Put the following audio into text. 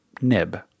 nib